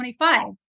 25